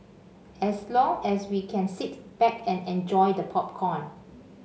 as long as we can sit back and enjoy the popcorn